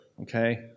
okay